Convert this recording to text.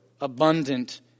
abundant